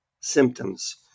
symptoms